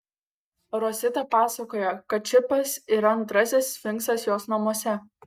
rosita pasakoja kad čipas yra antrasis sfinksas jos namuose